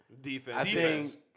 Defense